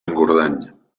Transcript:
engordany